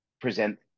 present